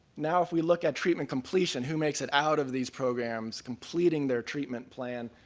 now if we look at treatment completion, who makes it out of these programs, completing their treatment plan,